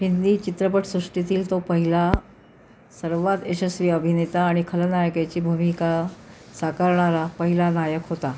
हिंदी चित्रपटसृष्टीतील तो पहिला सर्वात यशस्वी अभिनेता आणि खलनायकाची भूमिका साकारणारा पहिला नायक होता